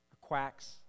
quacks